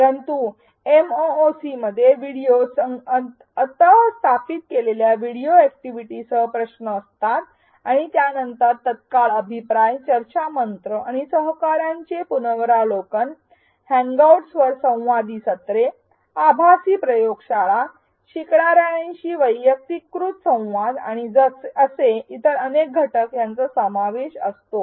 परंतु एमओसीसीमध्ये व्हिडिओत अंतःस्थापित केलेल्या व्हिडिओ ऍक्टिव्हिटीसह प्रश्न असतात आणि त्यानंतर तत्काळ अभिप्राय चर्चा मंच आणि सहकाऱ्यांचे पुनरावलोकन हँगआउट्स वर संवादी सत्रे आभासी प्रयोगशाळा शिकणार्यांशी वैयक्तिकृत संवाद आणि असे इतर अनेक घटक यांचा समावेश असतो